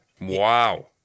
Wow